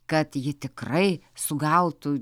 kad ji tikrai sugautų